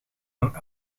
dan